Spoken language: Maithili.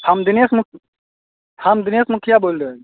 हम दिनेश मुखिया बोलि रहल छी